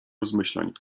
rozmyślań